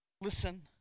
Listen